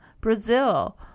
Brazil